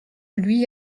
lui